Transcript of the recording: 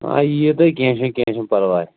آ یِیِو تُہۍ کیٚنٛہہ چھُنہٕ کیٚنٛہہ چھُنہٕ پَرواے